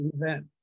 event